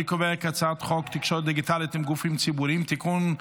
אני קובע כי הצעת חוק תקשורת דיגיטלית עם גופים ציבוריים (תיקון,